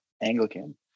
Anglican